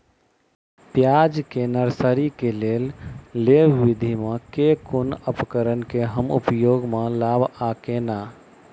प्याज केँ नर्सरी केँ लेल लेव विधि म केँ कुन उपकरण केँ हम उपयोग म लाब आ केना?